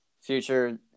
future